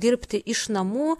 dirbti iš namų